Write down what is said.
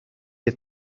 you